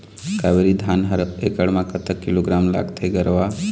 कावेरी धान हर एकड़ म कतक किलोग्राम लगाथें गरवा?